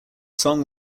song